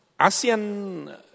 ASEAN